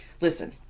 Listen